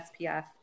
SPF